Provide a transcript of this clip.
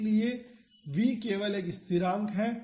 इसलिए v केवल एक स्थिरांक है